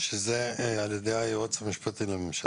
שזה על ידי היועץ המשפטי לממשלה?